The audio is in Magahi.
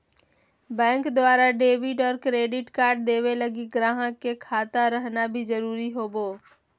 बैंक द्वारा डेबिट और क्रेडिट कार्ड देवे लगी गाहक के खाता रहना भी जरूरी होवो